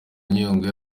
nyungwe